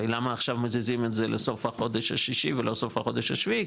הרי למה עכשיו מזיזים את זה לסוף החודש השישי ולא סוף החודש השביעי,